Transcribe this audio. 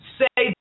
say